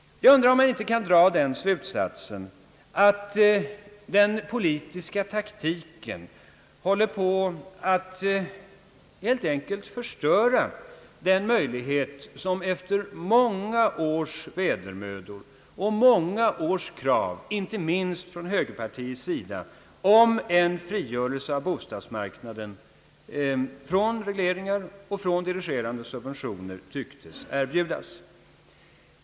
Jag undrar om man inte kan dra slutsatsen att den politiska taktiken helt enkelt håller på att förstöra den möjlighet som, efter många års vedermödor och många års krav inte minst från högerpartiet, en frigörelse av bostadsmarknaden från regleringar och dirigerande subventioner tycktes erbjuda.